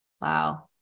Wow